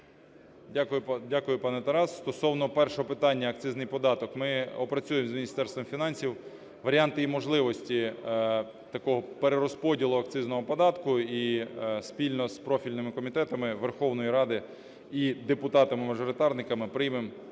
Дякую, пане Тарасе. Стосовно першого питання – акцизний податок. Ми опрацюємо з Міністерством фінансів варіанти і можливості такого перерозподілу акцизного податку і спільно з профільними комітетами Верховної Ради і депутатами-мажоритарниками приймемо